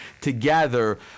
together